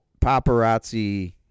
paparazzi